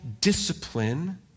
discipline